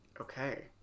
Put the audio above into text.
Okay